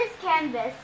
canvas